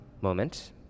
moment